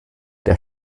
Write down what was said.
der